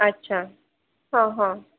अच्छा हा हा